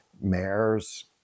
mayors